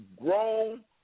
grown